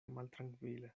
maltrankvila